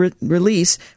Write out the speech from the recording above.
release